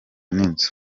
n’inzu